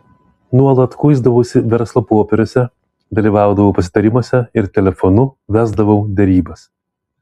nuolat kuisdavausi verslo popieriuose dalyvaudavau pasitarimuose ir telefonu vesdavau derybas